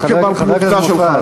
לא כבר-פלוגתא שלך,